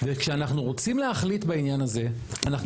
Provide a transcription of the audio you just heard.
וכשאנחנו רוצים להחליט בעניין הזה אנחנו